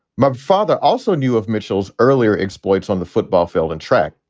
my father also knew of mitchell's earlier exploits on the football field and track,